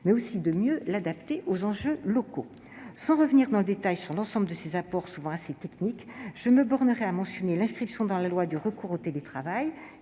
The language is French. mais aussi à mieux l'adapter aux enjeux locaux. Sans revenir dans le détail sur l'ensemble de ces apports, souvent assez techniques, je me bornerai à mentionner l'inscription dans la loi du recours au télétravail,